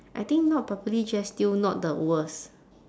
I think not properly dressed still not the worst